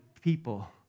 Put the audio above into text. people